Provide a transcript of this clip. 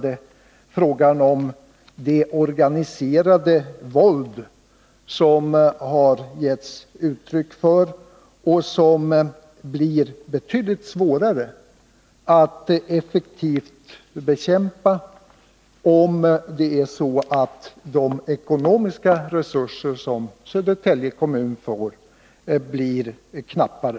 Det gäller bl.a. de uttryck för organiserat våld som har förekommit och som det blir betydligt svårare att effektivt bekämpa, om de ekonomiska resurser som Södertälje kommun får blir knappare.